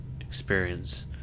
experience